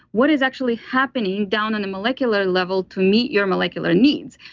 what is actually happening down on the molecular level to meet your molecular needs.